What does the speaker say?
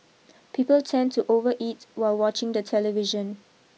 people tend to over eat while watching the television